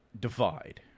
divide